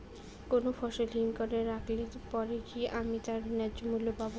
কোনো ফসল হিমঘর এ রাখলে পরে কি আমি তার ন্যায্য মূল্য পাব?